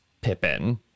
Pippin